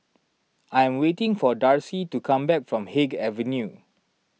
I am waiting for Darci to come back from Haig Avenue